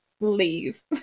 leave